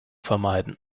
vermeiden